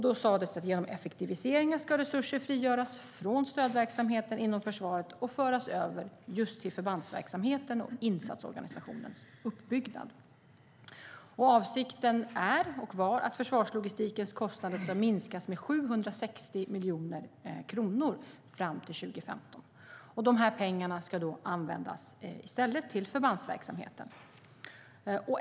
Då sades det att genom effektiviseringar ska resurser frigöras från stödverksamheter inom försvaret och föras över till förbandsverksamheten och insatsorganisationens uppbyggnad. Avsikten var och är att försvarslogistikens kostnader ska minskas med 760 miljoner kronor fram till 2015. De pengarna ska i stället användas till förbandsverksamheten.